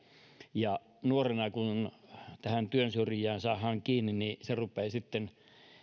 ja nuorena kun työnsyrjästä saadaan kiinni niin rupeaa sitten